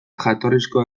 jatorrizko